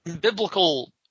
biblical